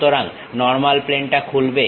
সুতরাংনর্মাল প্লেনটা খুলবে